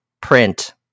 print